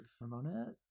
Ramona